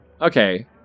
okay